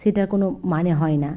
সেটার কোনো মানে হয় না